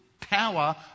power